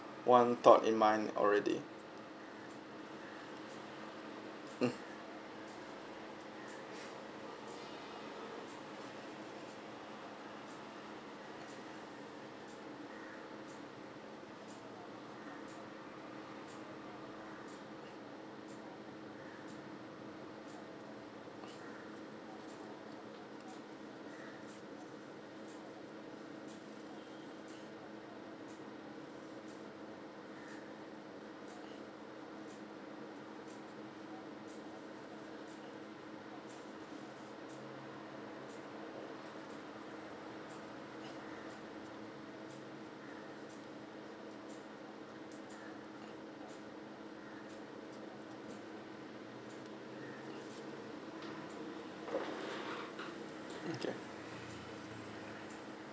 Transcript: one thought in mind already mm